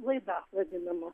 laida vadinama